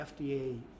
FDA